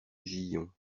gillon